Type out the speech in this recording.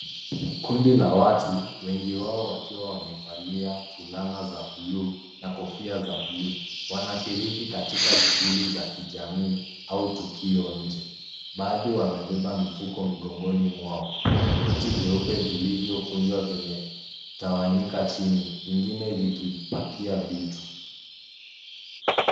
Kundi la watu wengi wao wakiwa wamevalia fulana za buluu na kofia za buluu. Wanashiriki katika shughuli za kijamii au tukio nje. Baadhi wamebeba mfuko mgongoni mwao viti vyeupe vilivyo kunjwa vimetawanyika chini vingine vikipakia vitu.